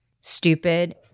stupid